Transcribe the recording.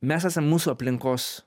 mes esam mūsų aplinkos